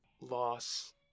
loss